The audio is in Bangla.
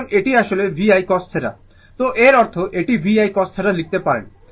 সুতরাং এটি আসলে V I cos θ তো এর অর্থ এটি V I cos θ লিখতে পারেন